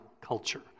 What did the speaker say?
culture